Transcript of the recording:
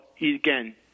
again